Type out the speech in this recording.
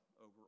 over